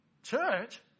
Church